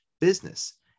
business